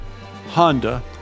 Honda